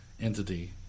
entity